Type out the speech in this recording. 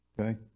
Okay